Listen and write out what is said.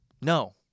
No